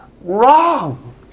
wrong